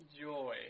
joy